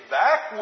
back